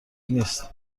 نیست